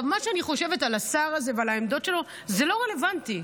מה שאני חושבת על השר הזה ועל העמדות שלו לא רלוונטי.